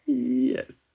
yes.